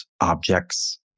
objects